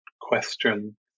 question